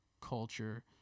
Culture